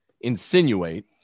insinuate